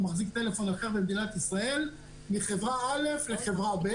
מחזיק טלפון אחר במדינת ישראל מחברה א' לחברה ב'.